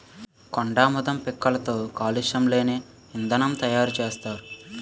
కొండాముదం పిక్కలతో కాలుష్యం లేని ఇంధనం తయారు సేత్తారు